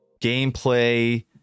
gameplay